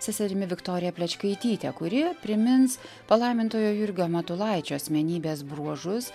seserimi viktorija plečkaitytė kuri primins palaimintojo jurgio matulaičio asmenybės bruožus